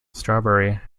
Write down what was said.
strawberry